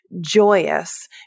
joyous